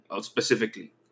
specifically